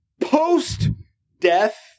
post-death